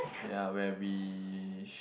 ya where we sh~